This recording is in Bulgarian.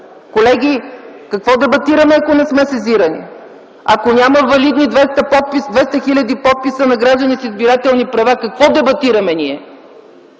колеги, какво дебатираме, ако не сме сезирани? Ако няма валидни 200 хиляди подписа на граждани с избирателни права, какво дебатираме ние?